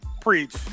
Preach